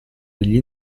degli